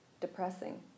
depressing